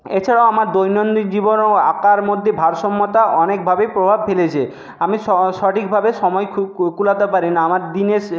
এছাড়াও আমার দৈনন্দিন জীবনেও আঁকার মধ্যে ভারসাম্যতা অনেকভাবেই প্রভাব ফেলেছে আমি সঠিকভাবে সময় খুব কুলাতে পারি না আমার দিনে